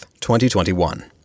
2021